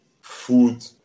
food